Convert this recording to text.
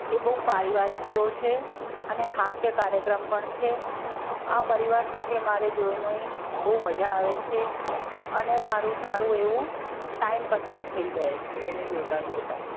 એ બહુ પારિવારિક શૉ છે અને હાસ્ય કાર્યક્રમ પણ છે આ પરિવાર સાથે મારે જોઈને બહુ મજા આવે છે અને મારૂં સારું એવું ટાઈમ પસાર થઈ જાય છે એને જોતાં જોતાં